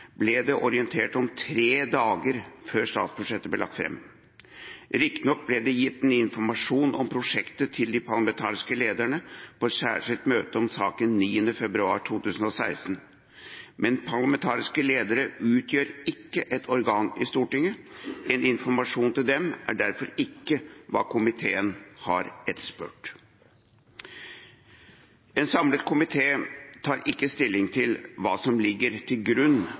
ble det orientert om tre dager før statsbudsjettet ble lagt fram. Riktignok ble det gitt informasjon om prosjektet til de parlamentariske lederne på et særskilt møte om saken 9. februar 2016. Men parlamentariske ledere utgjør ikke et organ i Stortinget. Informasjon til dem er derfor ikke hva komiteen har etterspurt. En samlet komité tar ikke stilling til hva som ligger til grunn